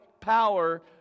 power